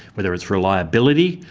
whether it's reliability,